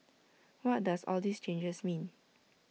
what does all these changes mean